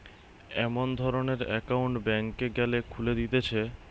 এমন ধরণের একউন্ট ব্যাংকে গ্যালে খুলে দিতেছে